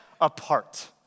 apart